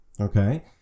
Okay